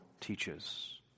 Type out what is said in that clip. teaches